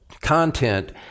content